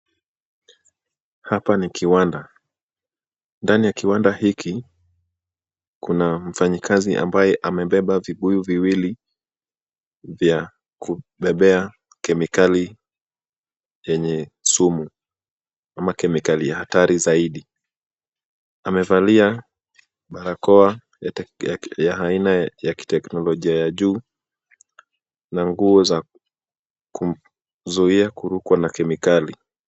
Hapa ni kiwanda. Ndani ya kiwanda hiki kuna mfanyikazi ambaye amebeba vibuyu viwili vya kubebea kemikali yenye sumu ama kemikali hatari zaidi. Amevalia barakoa ya aina ya kiteknolojia ya juu na nguo za kumzui kurukwa na kemikali.